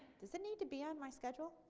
does it need to be on my schedule?